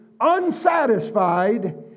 unsatisfied